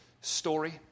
story